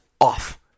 off